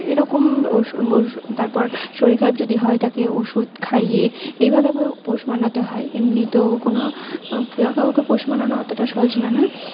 এরকম তারপর শরীর খারাপ যদি হয় তাকে ওষুধ খাইয়ে এই ভাবে ভাবে পোষ মানাতে হয় এমনিতেও কোনো কাউকে পোষ মানানো অতোটা সহজ না না